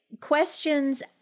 Questions